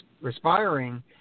respiring